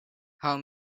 how